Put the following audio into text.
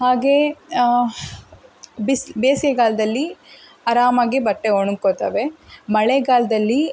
ಹಾಗೆಯೇ ಬಿಸ್ ಬೇಸಿಗೆಗಾಲದಲ್ಲಿ ಆರಾಮಾಗಿ ಬಟ್ಟೆ ಒಣಕೊತ್ತಾವೆ ಮಳೆಗಾಲದಲ್ಲಿ